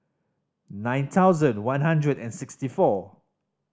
nine thousand one hundred and sixty four